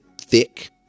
thick